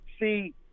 see